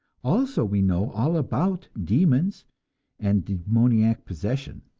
also we know all about demons and demoniac possession.